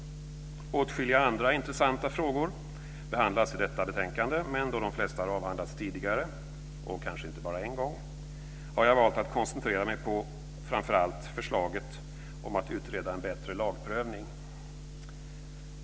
Åtskilliga intressanta frågor behandlas i detta betänkande, men då de flesta har avhandlats tidigare, och kanske inte bara en gång, har jag valt att koncentrera mig framför allt på förslaget om att utreda en bättre lagprövning.